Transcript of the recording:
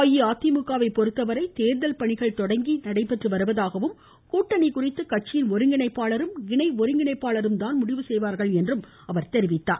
அஇஅதிமுக வை பொறுத்தவரை தேர்தல் பணிகள் தொடங்கி நடைபெற்று வருவதாகவும் கூட்டணி குறித்து கட்சியின் ஒருங்கிணைப்பாளரும் இணை ஒருங்கிணைப்பாளரும் முடிவு செய்வார்கள் என்றும் குறிப்பிட்டார்